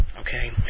Okay